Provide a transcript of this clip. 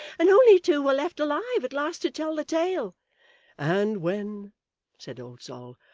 and only two were left alive, at last, to tell the tale and when said old sol,